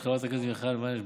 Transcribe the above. של חברת הכנסת מיכל וונש,